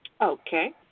Okay